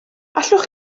allwch